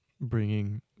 bringing